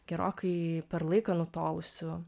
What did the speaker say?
gerokai per laiką nutolusių